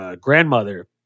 grandmother